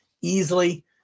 easily